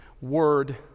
word